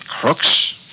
Crooks